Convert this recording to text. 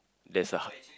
that's a